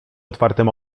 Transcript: otwartym